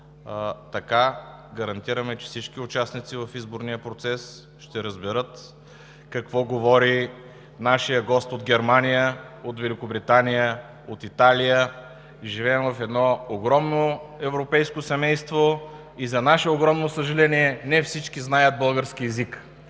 Така гарантираме, че всички участници в изборния процес ще разберат какво говори нашият гост от Германия, от Великобритания, от Италия. Живеем в едно огромно европейско семейство и за наше огромно съжаление не всички знаят български език.